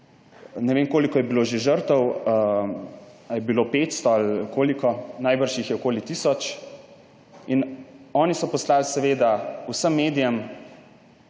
ne vem, koliko je bilo že žrtev, ali jih je bilo 500 ali koliko, najbrž jih je okoli tisoč. In oni so poslali vsem medijem